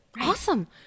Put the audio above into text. Awesome